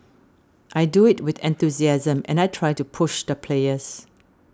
I do it with enthusiasm and I try to push the players